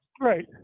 right